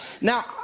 Now